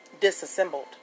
disassembled